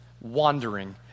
wandering